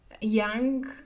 young